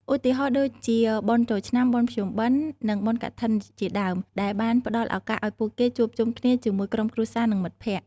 ឧទាហរណ៍ដូចជាបុណ្យចូលឆ្នាំ បុណ្យភ្ជុំបិណ្ឌ និងបុណ្យកឋិនជាដើម ដែលបានផ្តល់ឱកាសឲ្យពួកគេជួបជុំគ្នាជាមួយក្រុមគ្រួសារនិងមិត្តភក្តិ។